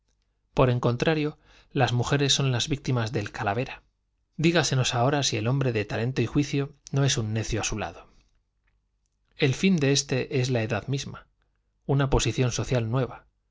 por el contrario las mujeres son las hombres dos genios víctimas del calavera dígasenos ahora si el t a l es el m o d o de juzgar de los hombres sin hombre de talento y juicio no es un necio á embargo eso se aprecia eso sirve muchas veces su lado de regla y por qué porque tal es la opu el fin de éste es la edad misma una posición nión pública social nueva